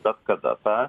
bet kada tą